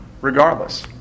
regardless